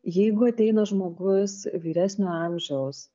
jeigu ateina žmogus vyresnio amžiaus